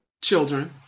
children